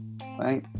right